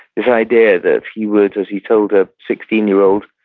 this idea that he would, as he told a sixteen year old,